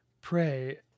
Pray